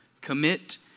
commit